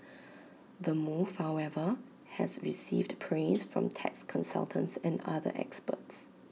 the move however has received praise from tax consultants and other experts